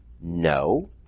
No